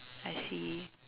I see